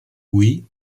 oui